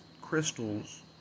crystals